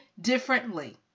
differently